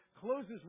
closes